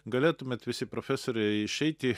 galėtumėt visi profesoriai išeiti